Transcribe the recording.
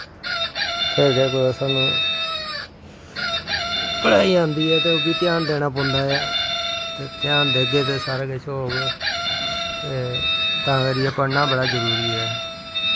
फिर गै कुदै साह्नू पढ़ाई आंदी ऐ ते ओह् बी ध्यान देनां पौंदा ऐ ते धायान देगे ते सारा किश होग ते तां करियै पढ़नां बड़ा जरूरी ऐ